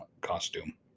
costume